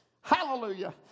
Hallelujah